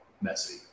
messy